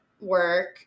work